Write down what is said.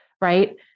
right